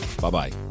Bye-bye